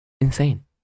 insane